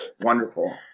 wonderful